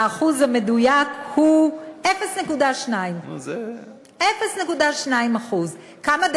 האחוז המדויק הוא 0.2. 0.2%. כמה,